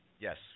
Yes